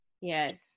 Yes